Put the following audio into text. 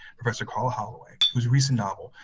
professor karla holloway, whose recent novel,